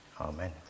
Amen